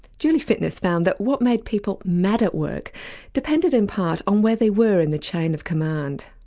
julie fitness found that what made people mad at work depended, in part, on where they were in the chain of command.